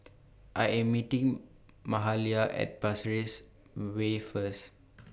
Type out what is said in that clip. I Am meeting Mahalia At Pasir Ris Way First